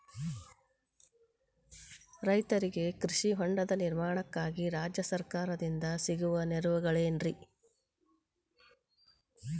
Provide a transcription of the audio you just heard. ರೈತರಿಗೆ ಕೃಷಿ ಹೊಂಡದ ನಿರ್ಮಾಣಕ್ಕಾಗಿ ರಾಜ್ಯ ಸರ್ಕಾರದಿಂದ ಸಿಗುವ ನೆರವುಗಳೇನ್ರಿ?